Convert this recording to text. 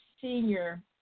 senior